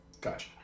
Gotcha